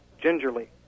gingerly